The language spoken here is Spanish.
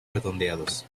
redondeados